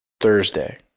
thursday